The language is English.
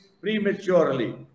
prematurely